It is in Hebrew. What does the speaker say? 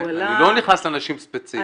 אני לא נכנס לאנשים ספציפית.